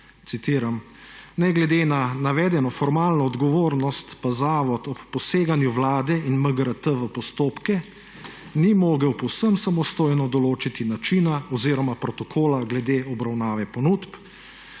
citiram: »Ne glede na navedeno formalno odgovornost, pa zavod ob poseganju Vlade in MGRT v postopke, ni mogel povsem samostojno določiti načina oziroma protokola glede obravnave ponudb,